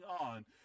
on